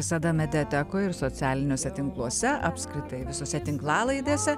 visada mediatekoj ir socialiniuose tinkluose apskritai visose tinklalaidėse